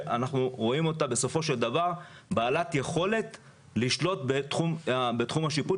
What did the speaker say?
אנחנו רואים אותה כבעלת יכולת לשלוט בתחום השיפוט